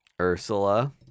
Ursula